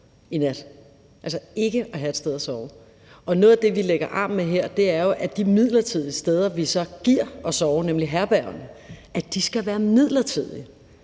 i nat – altså ikke at have et sted at sove. Og noget af det, vi lægger arm med her, er jo, at de midlertidige steder, vi så giver dem at sove i, nemlig herbergerne, skal være midlertidige.